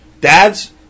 Dads